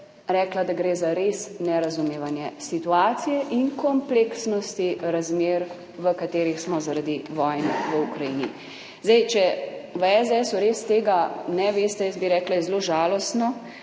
da gre za res nerazumevanje situacije in kompleksnosti razmer, v katerih smo zaradi vojne v Ukrajini. Zdaj, če v SDS res tega ne veste, jaz bi rekla, je zelo žalostno,